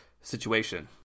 situation